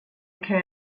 occur